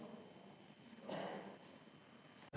Hvala.